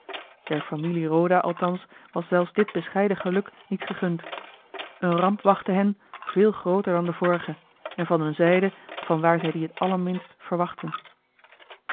der familie roda althans was zelfs dit bescheiden geluk niet gegund eene ramp wachtte hen veel grooter dan de vorige en van eene zijde vanwaar zij die het allerminst verwachtten